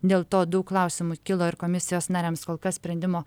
dėl to daug klausimų kilo ir komisijos nariams kol kas sprendimo